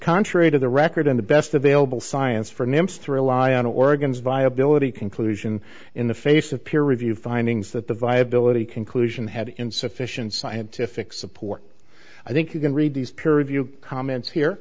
contrary to the record in the best available science for names three lie on oregon's viability conclusion in the face of peer review findings that the viability conclusion had insufficient scientific support i think you can read these peer review comments here